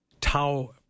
tau